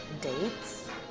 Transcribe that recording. dates